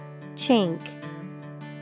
Chink